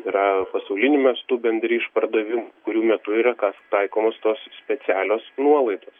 yra pasauliniu mastu bendri išpardavimai kurių metu yra kas taikomos tos specialios nuolaidos